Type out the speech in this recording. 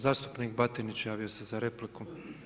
Zastupnik Batinić javio se za repliku.